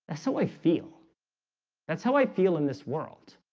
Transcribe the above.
ah so i feel that's how i feel in this world